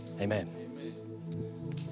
Amen